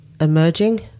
emerging